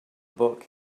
book